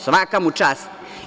Svaka mu čast.